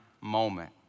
moment